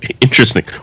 Interesting